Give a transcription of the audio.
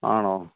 ആണോ